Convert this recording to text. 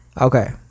okay